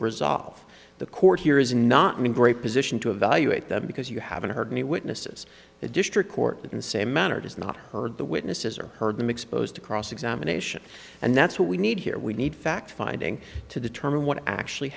resolve the court here is not me great position to evaluate that because you haven't heard any witnesses the district court in same manner does not heard the witnesses or heard them exposed to cross examination and that's what we need here we need fact finding to determine what actually